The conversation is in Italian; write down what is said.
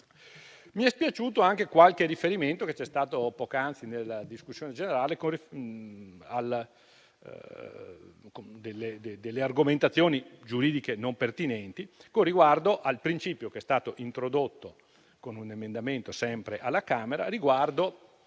Mi è dispiaciuto qualche riferimento che è stato fatto poc'anzi nella discussione generale, con argomentazioni giuridiche non pertinenti, con riguardo al principio introdotto con un emendamento sempre alla Camera, ossia